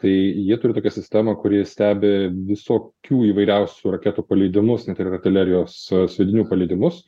tai jie turi tokią sistemą kur jie stebi visokių įvairiausių raketų paleidimus ir artilerijos sviedinių paleidimus